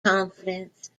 confidence